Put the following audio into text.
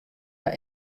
hja